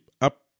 up